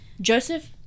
Joseph